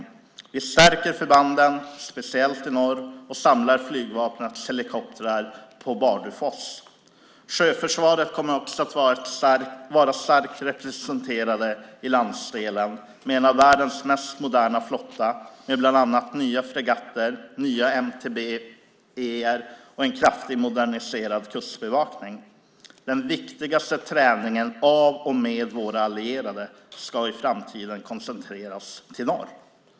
Vi stärker förbanden, speciellt i norr, och samlar flygvapnets helikoptrar på Bardufoss. Sjöförsvaret kommer också att vara starkt representerat i landsdelen med en av världens mest moderna flotta, med bland annat nya fregatter, nya MTB:er och en kraftigt moderniserad kustbevakning. Den viktigaste träningen av och med våra allierade ska i framtiden koncentreras till norr.